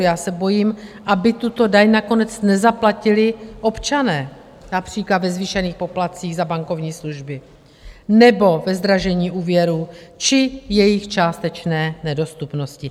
Já se bojím, aby tuto daň nakonec nezaplatili občané, například ve zvýšených poplatcích za bankovní služby nebo ve zdražení úvěrů či jejich částečné nedostupnosti.